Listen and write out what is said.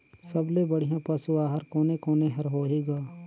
सबले बढ़िया पशु आहार कोने कोने हर होही ग?